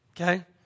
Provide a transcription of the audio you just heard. okay